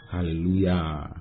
Hallelujah